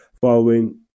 following